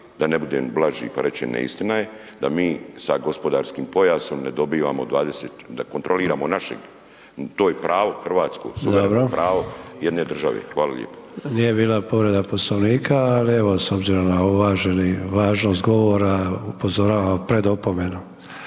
da ne budem blaži pa rečem neistina je, da mi sa gospodarskim pojasom ne dobivamo, da kontroliramo našeg, to je pravo hrvatsko, suvereno pravo jedne države. Hvala lijepo. **Sanader, Ante (HDZ)** Dobro, nije bila povreda Poslovnika ali evo s obzirom na važnost govora, upozoravam pred opomenom.